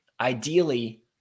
Ideally